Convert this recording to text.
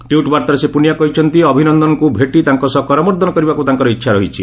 tweet ବାର୍ତ୍ତାରେ ଶ୍ରୀ ପୁନିଆ କହିଛନ୍ତି ଅଭିନନ୍ଦନଙ୍କୁ ଭେଟି ତାଙ୍କ ସହ କରମର୍ଦ୍ଦନ କରିବାକୁ ତାଙ୍କର ଇଚ୍ଛା ରହିଛି